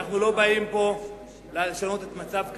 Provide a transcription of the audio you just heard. אנחנו לא באים פה לשנות מצב קיים,